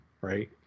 right